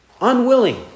Unwilling